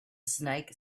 snake